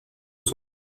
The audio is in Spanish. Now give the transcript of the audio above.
solo